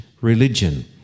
religion